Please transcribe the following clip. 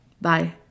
Bye